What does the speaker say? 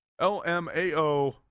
LMAO